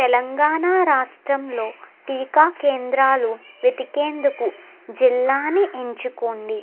తెలంగాణా రాష్ట్రంలో టీకా కేంద్రాలు వెతికేందుకు జిల్లాని ఎంచుకోండి